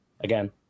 again